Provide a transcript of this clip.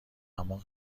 اما